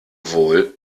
wohl